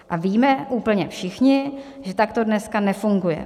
A víme úplně všichni, že tak to dneska nefunguje.